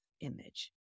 image